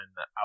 Out